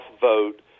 vote